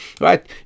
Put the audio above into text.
right